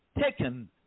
Taken